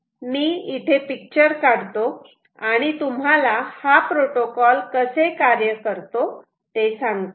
मी इथे पिक्चर काढतो आणि तुम्हाला हा प्रोटोकॉल कसे कार्य करतो ते सांगतो